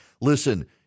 Listen